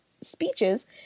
speeches